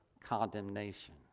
condemnation